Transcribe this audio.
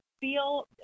feel